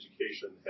Education